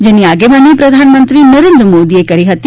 જેની આગેવાની પ્રધાનમંત્રી નરેન્દ્ર મોદીએ લીધીહતી